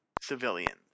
civilians